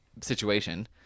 situation